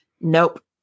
nope